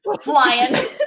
flying